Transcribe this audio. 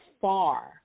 far